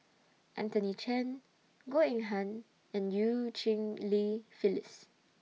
Anthony Chen Goh Eng Han and EU Cheng Li Phyllis